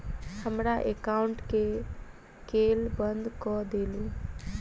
हमरा एकाउंट केँ केल बंद कऽ देलु?